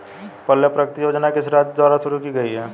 पल्ले प्रगति योजना किस राज्य द्वारा शुरू की गई है?